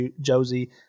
Josie